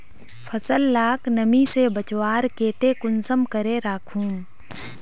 फसल लाक नमी से बचवार केते कुंसम करे राखुम?